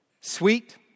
sweet